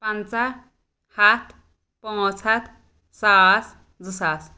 پنٛژہ ہَتھ پانٛژھ ہَتھ ساس زٕ ساس